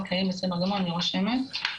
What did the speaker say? בסדר גמור, אני רושמת.